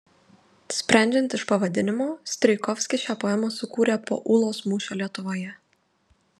sprendžiant iš pavadinimo strijkovskis šią poemą sukūrė po ulos mūšio lietuvoje